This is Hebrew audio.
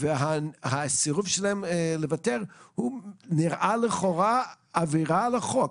והסירוב שלהם לוותר נראה לכאורה כמו עבירה על החוק.